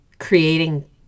creating